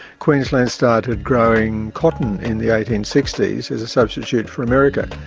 queensland started growing cotton in the eighteen sixty s as a substitute for america.